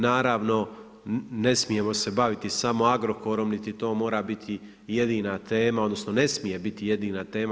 Naravno, ne smijemo se baviti samo Agrokorom niti to mora biti jedina tema odnosno ne smije biti jedina tema.